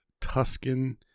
Tuscan